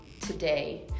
today